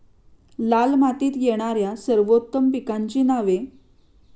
लाल मातीत येणाऱ्या सर्वोत्तम पिकांची नावे?